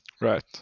right